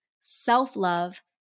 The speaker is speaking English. self-love